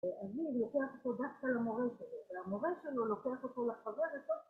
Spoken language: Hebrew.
אני לוקח אותו דווקא למורה שלי, והמורה שלו לוקח אותו לחברתו